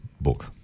book